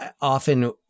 Often